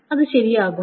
അത് ശരിയാകുമോ